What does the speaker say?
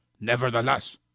Nevertheless